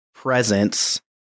Presence